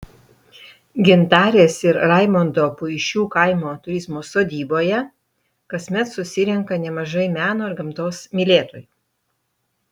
gintarės ir raimondo puišių kaimo turizmo sodyboje kasmet susirenka nemažai meno ir gamtos mylėtojų